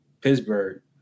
Pittsburgh